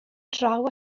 draw